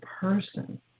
person